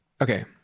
Okay